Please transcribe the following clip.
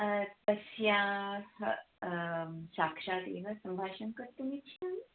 तस्याः साक्षात् सम्भाषणं कर्तुम् इच्छामि